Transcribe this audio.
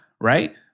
right